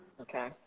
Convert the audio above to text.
Okay